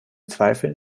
zweifel